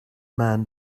man